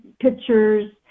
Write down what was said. pictures